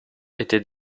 était